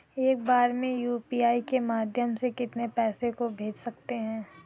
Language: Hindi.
एक बार में यू.पी.आई के माध्यम से कितने पैसे को भेज सकते हैं?